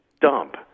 dump